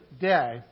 day